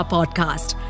Podcast